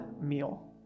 meal